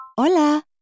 Hola